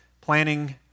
planning